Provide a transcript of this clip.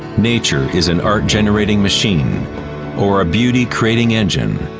nature is an art generating machine or a beauty-creating engine.